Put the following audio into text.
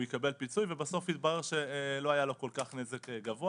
הוא יקבל פיצוי ובסוף יתברר שלא היה לו נזק גבוה.